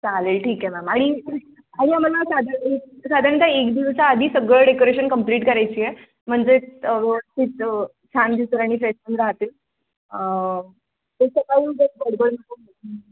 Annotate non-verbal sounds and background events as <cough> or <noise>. चालेल ठीक आहे मॅम आणि आणि आम्हाला <unintelligible> साधारणतः एक दिवसा आधी सगळं डेकोरेशन कंप्लीट करायची आहे म्हणजे तर व्यवस्थित छान दिसेल आणि <unintelligible> राहतील <unintelligible> सकाळी <unintelligible> गडबड <unintelligible>